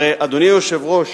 אדוני היושב-ראש,